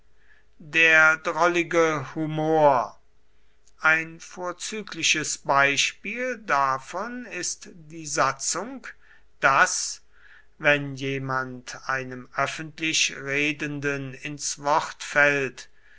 der drollige humor ein vorzügliches beispiel davon ist die satzung daß wenn jemand einem öffentlich redenden ins wort fällt